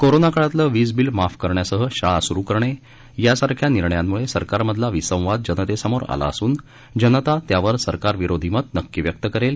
corona काळातलं वीज bill माफ करण्यासह शाळा स्रू करणे यासारख्या निर्णयामुळे सरकारमधला विसंवाद जनतेसमोर आला असून जनता त्यावर सरकार विरोधी मत नक्की व्यक्त करेल